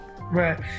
Right